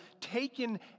taken